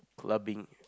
clubbing